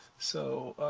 so